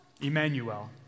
Emmanuel